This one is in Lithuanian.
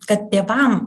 kad tėvam